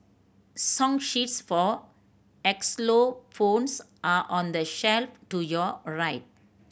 song sheets for xylophones are on the shelf to your right